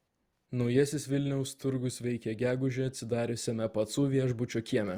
naujasis vilniaus turgus veikia gegužę atsidariusiame pacų viešbučio kieme